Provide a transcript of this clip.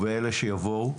ובאלה שיבואו,